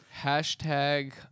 hashtag